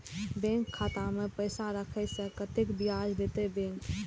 Bank खाता में पैसा राखे से कतेक ब्याज देते बैंक?